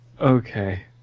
Okay